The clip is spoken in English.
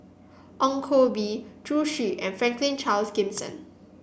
Ong Koh Bee Zhu Xu and Franklin Charles Gimson